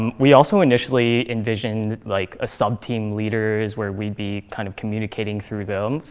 um we also initially envisioned like ah subteam leaders, where we'd be kind of communicating through them.